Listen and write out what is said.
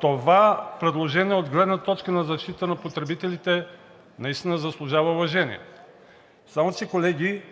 Това предложение от гледна точка на защита на потребителите наистина заслужава уважение, само че, колеги,